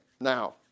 now